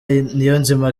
niyonzima